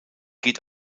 geht